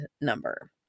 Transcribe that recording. number